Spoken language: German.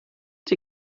die